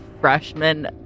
freshman